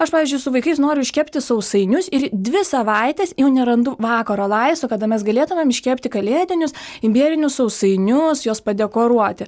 aš pavyzdžiui su vaikais noriu iškepti sausainius ir dvi savaites jau nerandu vakaro laisvo kada mes galėtumėm iškepti kalėdinius imbierinius sausainius juos padekoruoti